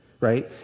right